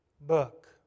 book